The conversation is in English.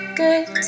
good